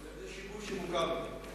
אבל זה שיבוש שמוכר לי.